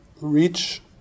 reach